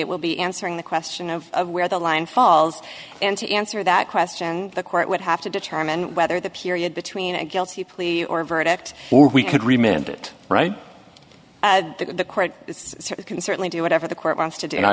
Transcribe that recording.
it will be answering the question of where the line falls and to answer that question the court would have to determine whether the period between a guilty plea or verdict or we could remember it right the court is sort of can certainly do whatever the court wants to do and i